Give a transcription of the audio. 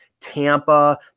Tampa